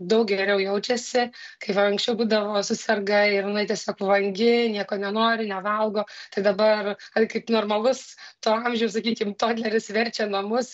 daug geriau jaučiasi kai va anksčiau būdavo suserga ir jinai tiesiog vangi nieko nenori nevalgo tai dabar kaip normalus to amžiaus sakykim todleris verčia namus